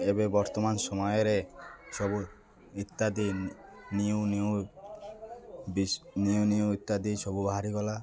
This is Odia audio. ଏବେ ବର୍ତ୍ତମାନ ସମୟରେ ସବୁ ଇତ୍ୟାଦି ନିୟୁ ନିୟୁ ବି ନିୟୁ ନିୟୁ ଇତ୍ୟାଦି ସବୁ ବାହାରିଗଲା